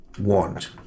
want